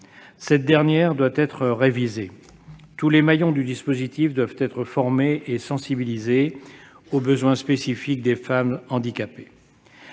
en la matière doit être révisée ; tous les maillons du dispositif doivent être formés et sensibilisés aux besoins spécifiques des femmes handicapées.